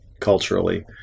culturally